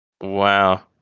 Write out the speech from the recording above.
Wow